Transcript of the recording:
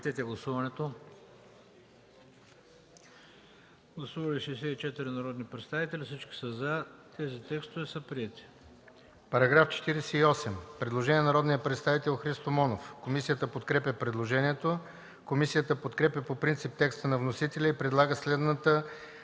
По § 2 – предложение на народния представител Христо Монов. Комисията подкрепя предложението. Комисията подкрепя по принцип текста на вносителя и предлага следната